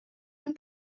een